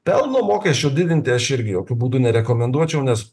pelno mokesčio didinti aš irgi jokiu būdu nerekomenduočiau nes